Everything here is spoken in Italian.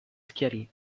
schiarì